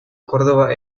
córdoba